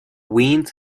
wind